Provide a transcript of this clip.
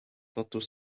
tantôt